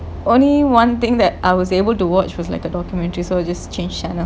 only one thing that I was able to watch was like a documentary so just change channel